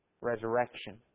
resurrection